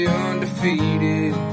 undefeated